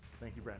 thank you,